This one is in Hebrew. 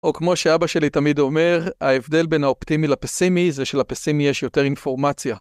או כמו שאבא שלי תמיד אומר, ההבדל בין האופטימי לפסימי זה שלפסימי יש יותר אינפורמציה.